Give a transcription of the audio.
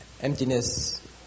emptiness